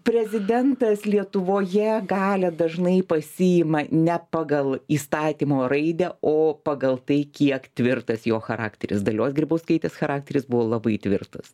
prezidentas lietuvoje galią dažnai pasiima ne pagal įstatymo raidę o pagal tai kiek tvirtas jo charakteris dalios grybauskaitės charakteris buvo labai tvirtas